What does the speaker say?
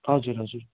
हजुर हजुर